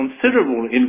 considerable